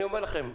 אני אומר לכם,